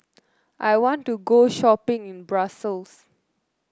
I want to go shopping in Brussels